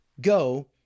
go